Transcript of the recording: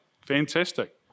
Fantastic